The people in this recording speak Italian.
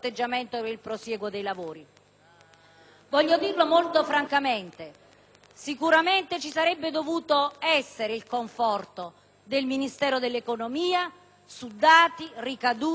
Voglio dirlo molto francamente: sicuramente ci sarebbe dovuto essere il conforto del Ministero dell'economia su questioni che ci stanno molto a cuore